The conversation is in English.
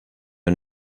are